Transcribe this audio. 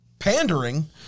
pandering